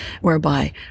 whereby